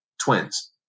twins